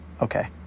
Okay